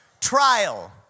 trial